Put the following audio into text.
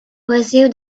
pursue